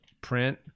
print